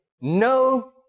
no